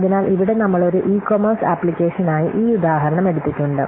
അതിനാൽ ഇവിടെ നമ്മൾ ഒരു ഇ കൊമേഴ്സ് അപ്ലിക്കേഷനായി ഈ ഉദാഹരണം എടുത്തിട്ടുണ്ട്